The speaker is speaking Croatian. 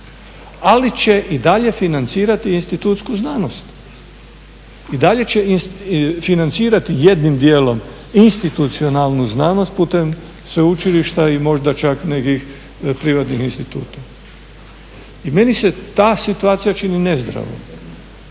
ali će i dalje financirati institutsku znanost. I dalje će financirati jednim dijelom institucionalnu znanost putem sveučilišta i možda čak nekih privatnih instituta. I meni se ta situacija čini nezdrava.